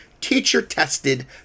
teacher-tested